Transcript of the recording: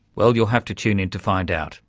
well, you'll have to tune in to find out.